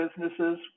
businesses